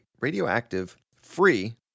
radioactive-free